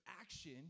action